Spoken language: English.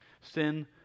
Sin